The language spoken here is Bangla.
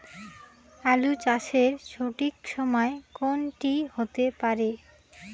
আলু চাষের সঠিক সময় কোন টি হতে পারে?